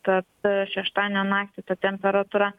tad šeštadienio naktį ta temperatūra